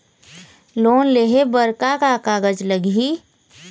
Loan लेहे बर का का कागज लगही?